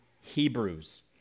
Hebrews